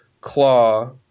Claw